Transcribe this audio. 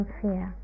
fear